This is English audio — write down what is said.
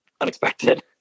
unexpected